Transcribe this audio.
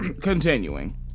Continuing